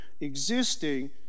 existing